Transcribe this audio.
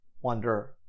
wonder